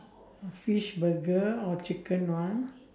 fish burger or chicken one